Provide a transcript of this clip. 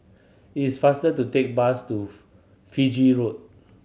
it is faster to take bus to Fiji Road